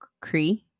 Cree